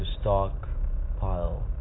stockpile